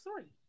three